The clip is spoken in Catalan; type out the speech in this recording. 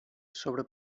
sobre